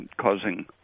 causing